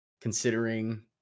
considering